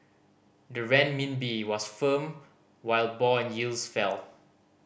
the Renminbi was firm while bond yields fell